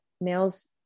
males